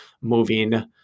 moving